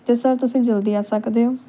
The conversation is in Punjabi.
ਅਤੇ ਸਰ ਤੁਸੀਂ ਜਲਦੀ ਆ ਸਕਦੇ ਹੋ